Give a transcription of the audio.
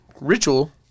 ritual